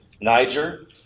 Niger